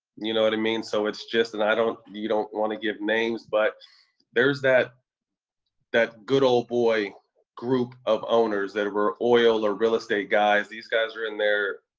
you know what i mean? so it's just, and i don't you don't wanna give names, but there's that that good ol' boy group of owners that were oil or real estate guys. these guys are in there,